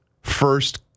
first